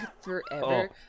forever